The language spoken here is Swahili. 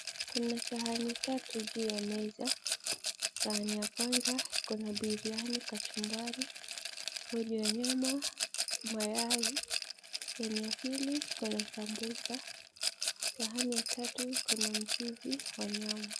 Kuna sahani tatu juu ya meza, sahani ya kwanza iko na biriani, kachumbari, rojo ya nyama, mayai. Sahani ya pili iko na sambusa. Sahani ya tatu iko na mchuzi wa nyama.